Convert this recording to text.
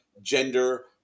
gender